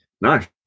nice